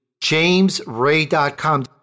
jamesray.com